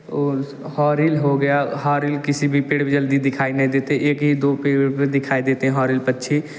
ओउस होरिल हो गया होरिल किसी भी पेड़ में जल्दी दिखाई नहीं देते एक ही दो पेड़ पर दिखाई देते हैं होरिल पक्षी